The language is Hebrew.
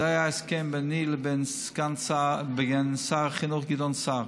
זה היה ההסכם ביני לבין שר החינוך גדעון סער.